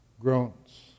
groans